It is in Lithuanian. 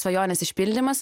svajonės išpildymas